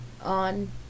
on